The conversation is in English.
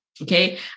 Okay